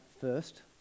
first